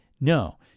No